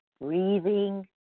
breathing